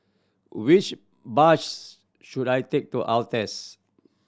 which bus should I take to Altez